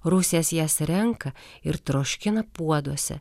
rusės jas renka ir troškina puoduose